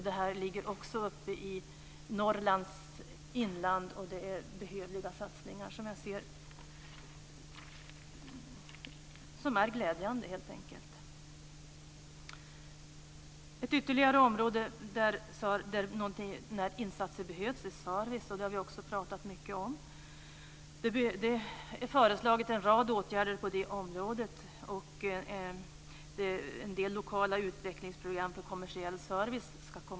Detta ligger även inom Norrlands inland. Det är fråga om behövliga och glädjande satsningar. Ett ytterligare område där det behövs insatser är servicesektorn, som vi också har pratat mycket om. Det har på det området föreslagits en rad åtgärder. Det ska komma till en del lokala utvecklingsprogram för kommersiell service.